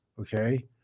okay